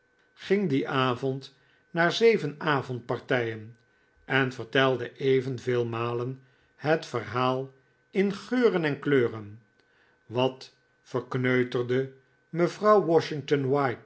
ging dien avond naar zeven avondpartijen en vertelde evenveel malen het verhaal in geuren en kleuren wat verkneuterde mevrouw washington